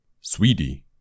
Sweetie